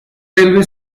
railway